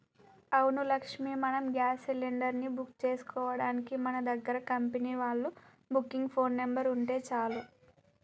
అవును లక్ష్మి మనం gas cylinder ని బుక్ చేసుకోవడానికి మన దగ్గర కంపెనీ వాళ్ళ బుకింగ్ ఫోన్ నెంబర్ ఉంటే చాలు